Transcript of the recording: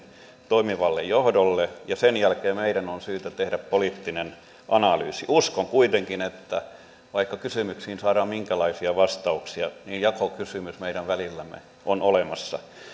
toimivalle johdolle ja sen jälkeen meidän on syytä tehdä poliittinen analyysi uskon kuitenkin että vaikka kysymyksiin saadaan minkälaisia vastauksia niin jakokysymys meidän välillämme on olemassa